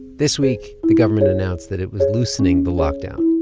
this week, the government announced that it was loosening the lockdown.